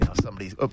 somebody's